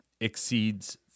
exceeds